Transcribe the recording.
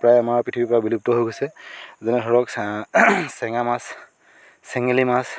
প্ৰায় আমাৰ পৃথিৱীৰ পৰা বিলুপ্ত হৈ গৈছে যেনে ধৰক চেঙা মাছ চেঙেলী মাছ